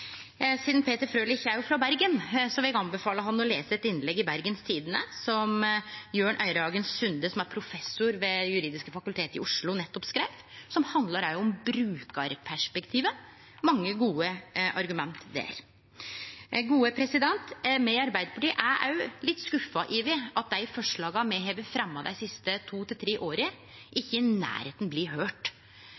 Sidan Peter Frølich jo er frå Bergen, vil eg anbefale han å lese eit innlegg i Bergens Tidende som Jørn Øyrehagen Sunde, som er professor ved Det juridiske fakultet i Oslo, nettopp skreiv, som handlar om brukarperspektivet. Det er mange gode argument der. Me i Arbeidarpartiet er òg litt skuffa over at dei forslaga me har fremja dei siste